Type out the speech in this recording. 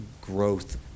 growth